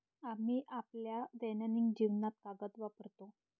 आम्ही आपल्या दैनंदिन जीवनात कागद वापरतो